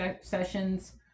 sessions